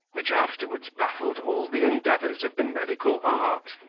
which afterwards baffled all the endeavours of the medical art.